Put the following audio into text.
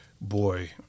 boy